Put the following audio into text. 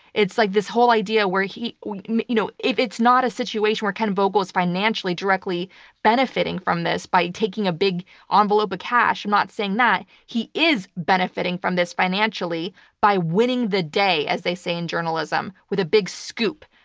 it's like this whole idea where he, you know, if it's not a situation where ken vogel is financially directly benefiting from this by taking a big ah envelope of cash i'm not saying that he is benefiting from this financially by winning the day, as they say in journalism, with a big scoop.